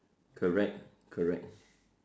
correct correct